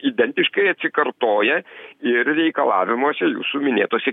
identiškai atsikartoja ir reikalavimuose jūsų minėtose